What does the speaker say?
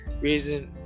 reason